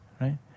right